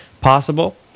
possible